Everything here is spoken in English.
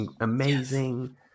amazing